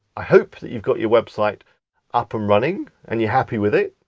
i hope that you've got your website up and running and you're happy with it.